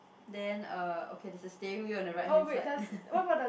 then uh okay there's a steering wheel on the right hand side